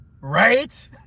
Right